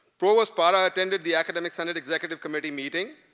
provost para attended the academic senate executive committee meeting,